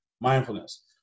mindfulness